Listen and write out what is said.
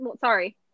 Sorry